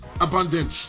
abundance